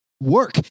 work